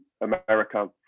America